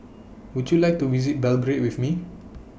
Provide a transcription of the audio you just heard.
Would YOU like to visit Belgrade with Me